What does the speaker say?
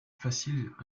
faciles